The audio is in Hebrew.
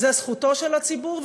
זו זכותו של הציבור,